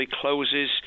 closes